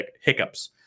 hiccups